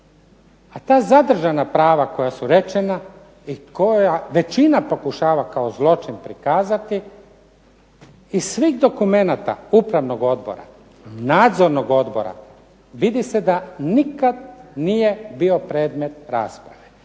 A ta zadržana prava koja su rečena i koju većina pokušava kao zločin prikazati i svih dokumenata upravnog odbora, nadzornog odbora vidi se da nikad nije bio predmet rasprave,